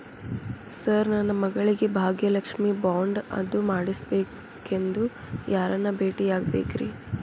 Sir ನನ್ನ ಮಗಳಿಗೆ Bhagyalakshmi bond ಅದು ಮಾಡಿಸಬೇಕೆಂದು ಯಾರನ್ನ ಭೇಟಿಯಾಗಬೇಕ್ರಿ?